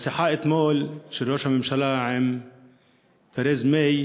בשיחה אתמול של ראש הממשלה עם תרזה מיי